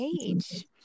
age